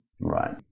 Right